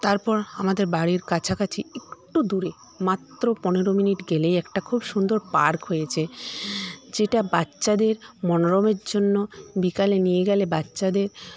তারপর আমাদের বাড়ির কাছাকাছি একটু দূরে মাত্র পনেরো মিনিট গেলেই একটা খুব সুন্দর পার্ক হয়েছে যেটা বাচ্চাদের মনোরমের জন্য বিকালে নিয়ে গেলে বাচ্চাদের